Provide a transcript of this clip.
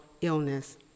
illness